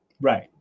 Right